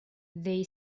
they